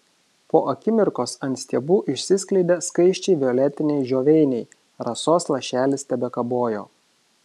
po akimirkos ant stiebų išsiskleidė skaisčiai violetiniai žioveiniai rasos lašelis tebekabojo